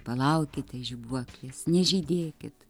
palaukite žibuoklės nežydėkit